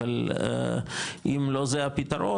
אבל אם לא זה הפתרון,